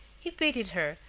he pitied her,